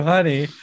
Honey